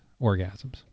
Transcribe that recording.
orgasms